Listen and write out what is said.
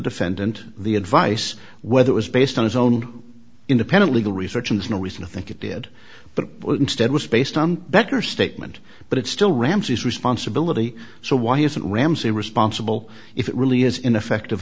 defendant the advice whether was based on his own independent legal research is no reason to think it did but would instead was based on better statement but it's still ramsey's responsibility so why isn't ramsey responsible if it really is ineffective